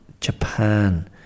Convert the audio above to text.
japan